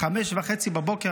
ב-5:30 בבוקר,